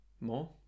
more